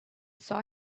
saw